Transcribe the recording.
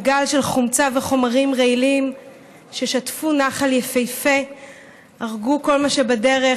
גל של חומצה וחומרים רעילים ששטפו נחל יפהפה והרגו כל מה שבדרך.